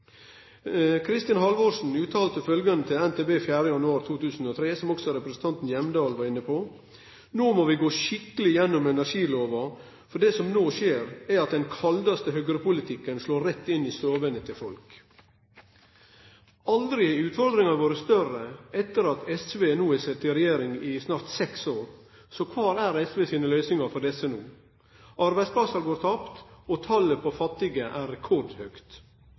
Kristin Halvorsen uttalte følgjande til NTB 4. januar 2003, som også representanten Hjemdal var inne på: «Nå må vi gå skikkelig gjennom energiloven, for det som nå skjer er jo at den kaldeste høyrepolitikken slår rett inn i stuene til folk.» Aldri har utfordringane vore større, etter at SV har sete i regjering i snart seks år. Så kvar er SV sine løysingar for dette no? Arbeidsplassar går tapt, og talet på fattige er rekordhøgt.